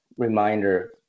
reminder